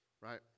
right